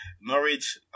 Norwich